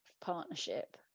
partnership